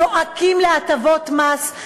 זועקים להטבות המס,